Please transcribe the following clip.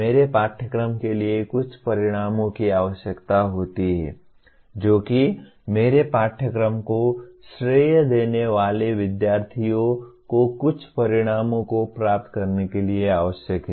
मेरे पाठ्यक्रम के लिए कुछ परिणामों की आवश्यकता होती है जो कि मेरे पाठ्यक्रम को श्रेय देने वाले विद्यार्थियों को कुछ परिणामों को प्राप्त करने के लिए आवश्यक हैं